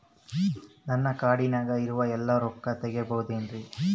ನನ್ನ ಕಾರ್ಡಿನಾಗ ಇರುವ ಎಲ್ಲಾ ರೊಕ್ಕ ತೆಗೆಯಬಹುದು ಏನ್ರಿ?